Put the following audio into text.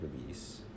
release